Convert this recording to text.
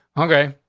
okay,